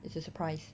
it's a surprise